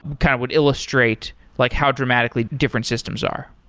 kind of would illustrate like how dramatically different systems are?